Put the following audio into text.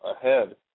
ahead